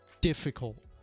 difficult